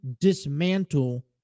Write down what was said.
dismantle